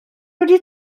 wedi